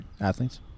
athletes